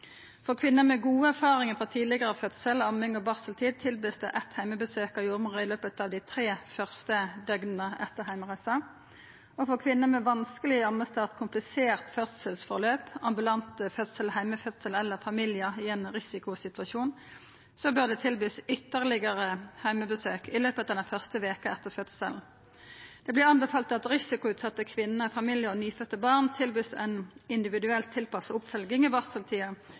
For kvinner med gode erfaringar frå tidlegare fødsel, amming og barseltid tilbyr ein eitt heimebesøk av jordmor i løpet av dei tre første døgna etter heimreisa, og for kvinner med vanskeleg ammestart, komplisert fødselsforløp, ambulant fødsel/heimefødsel eller familiar i ein risikosituasjon bør ein tilby fleire heimebesøk i løpet av den første veka etter fødselen. Det vert anbefalt at risikoutsette kvinner, familiar og nyfødde barn vert tilbydde ein individuelt tilpassa oppfølging i barseltida